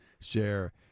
share